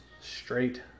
straight